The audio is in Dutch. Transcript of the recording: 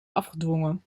afgedwongen